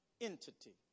entity